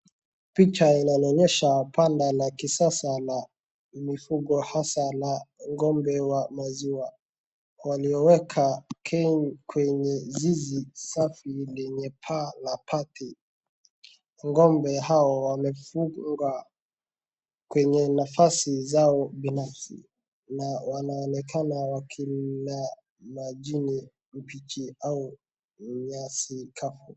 Picha inanionyesha banda laa kisasa la mifugo hasaa la ng'ombe wa maziwa waliowekwa kwenye zizi safi lenye paa la bati. Ng'ombe hawa wamefungwa kwenye nafasi zao nafsi na wanaonekana wakilala chini mbichi au nyasi kavu.